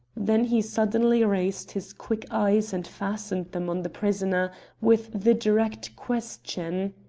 then he suddenly raised his quick eyes and fastened them on the prisoner with the direct question